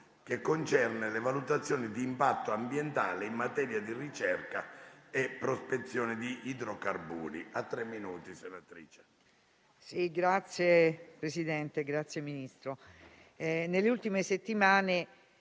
finestra") sulle valutazioni di impatto ambientale in materia di ricerca e prospezione di idrocarburi,